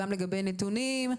גם לגבי נתונים,